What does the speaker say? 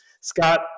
Scott